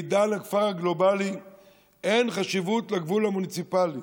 בעידן הכפר הגלובלי אין חשיבות לגבול המוניציפלי.